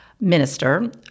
minister